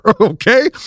okay